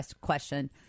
question